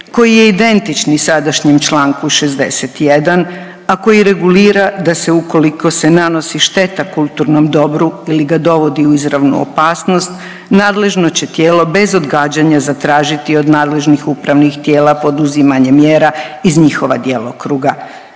koji je identični sadašnjem članku 61. a koji regulira da se ukoliko se nanosi šteta kulturnom dobru ili ga dovodi u izravnu opasnost nadležno će tijelo bez odgađanja zatražiti od nadležnih upravnih tijela poduzimanje mjera iz njihova djelokruga,